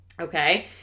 Okay